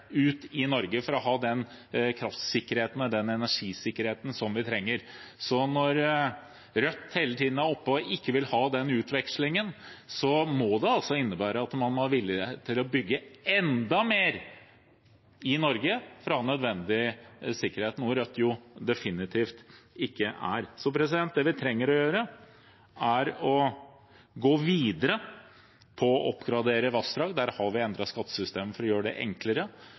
ut i Norge for å ha den kraftsikkerheten og energisikkerheten som vi trenger. Så når Rødt hele tiden er oppe og ikke vil ha den utvekslingen, må det altså innebære at man må være villig til å bygge enda mer i Norge for å ha nødvendig sikkerhet – noe Rødt definitivt ikke er for. Det vi trenger å gjøre, er å gå videre på det å oppgradere vassdrag. Der har vi endret skattesystemet for å gjøre det enklere.